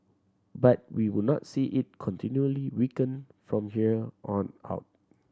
but we will not see it continually weakening from here on out